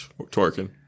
Twerking